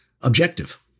objective